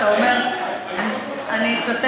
אין ספק.